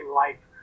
life